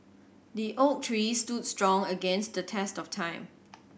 the oak tree stood strong against the test of time